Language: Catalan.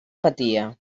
patia